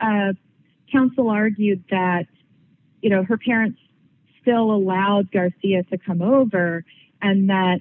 also counsel argued that you know her parents still allowed garcia to come over and that